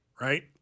right